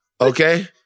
Okay